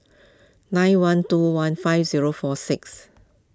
nine one two one five zero four six